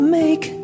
make